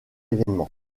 événement